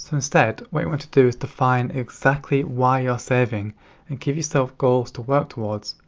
instead, what you want to do is to find exactly why you're saving and give yourself goals to work towards.